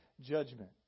judgment